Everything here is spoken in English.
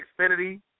Xfinity